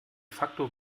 facto